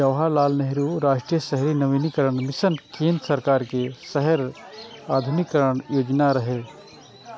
जवाहरलाल नेहरू राष्ट्रीय शहरी नवीकरण मिशन केंद्र सरकार के शहर आधुनिकीकरण योजना रहै